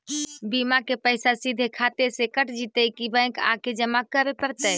बिमा के पैसा सिधे खाता से कट जितै कि बैंक आके जमा करे पड़तै?